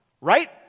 right